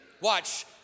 Watch